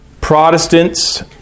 Protestants